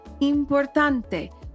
importante